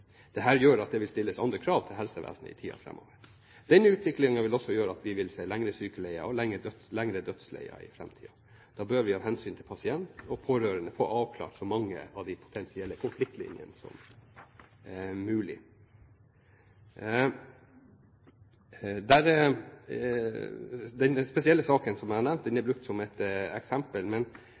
gjør at det vil stilles andre krav til helsevesenet i tiden framover. Denne utviklingen vil også gjøre at vi vil se lengre sykeleier og lengre dødsleier i framtiden. Da bør vi av hensyn til pasient og pårørende få avklart så mange av de potensielle konfliktlinjene som mulig. Den spesielle saken som jeg har nevnt, er brukt som et eksempel,